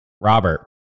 Robert